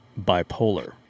bipolar